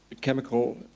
chemical